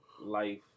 life